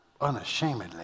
unashamedly